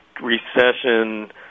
recession